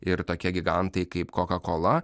ir tokie gigantai kaip koka kola